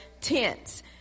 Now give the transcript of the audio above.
tents